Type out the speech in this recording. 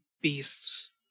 beast's